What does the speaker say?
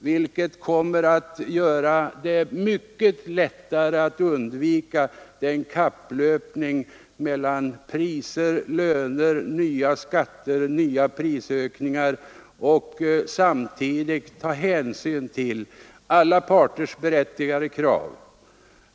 Detta kommer att göra det mycket lättare att undvika kapplöpningen mellan priser, löner, nya skatter och nya prisökningar och samtidigt att ta hänsyn till alla parters berättigade krav.